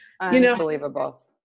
Unbelievable